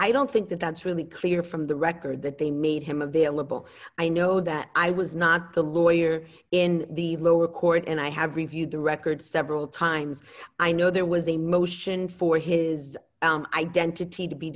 i don't think that that's really clear from the record that they made him available i know that i was not the lawyer in the lower court and i have reviewed the record several times i know there was a motion for his identity